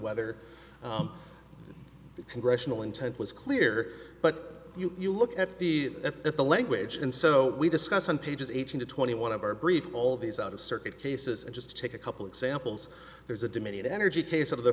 whether the congressional intent was clear but you look at the at the language and so we discuss on pages eighteen to twenty one of our brief all these out of circuit cases and just to take a couple examples there's a dominion energy case of the